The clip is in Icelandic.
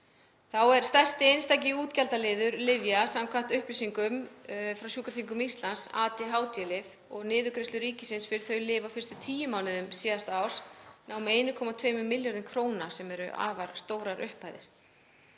Þá er stærsti einstaki útgjaldaliður lyfja samkvæmt upplýsingum frá Sjúkratryggingum Íslands ADHD-lyf og niðurgreiðsla ríkisins fyrir þau lyf á fyrstu tíu mánuðum síðasta árs nam 1,2 milljörðum kr. sem er afar stór upphæð.